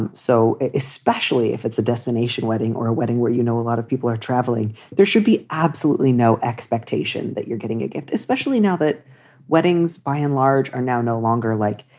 and so especially if it's a destination wedding or a wedding where, you know, a lot of people are travelling, there should be absolutely no expectation that you're getting a gift, especially now that weddings, by and large, are now no longer like,